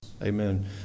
Amen